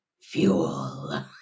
fuel